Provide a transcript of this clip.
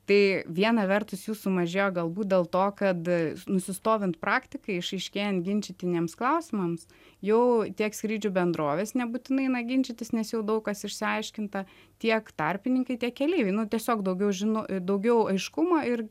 tai viena vertus jų sumažėjo galbūt dėl to kad nusistovint praktikai išaiškėjant ginčytiniems klausimams jau tiek skrydžių bendrovės nebūtinai eina ginčytis nes jau daug kas išsiaiškinta tiek tarpininkai tiek keleiviai nu tiesiog daugiau žino daugiau aiškumo ir